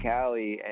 Cali